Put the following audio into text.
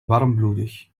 warmbloedig